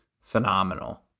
phenomenal